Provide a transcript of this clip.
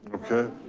okay.